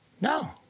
no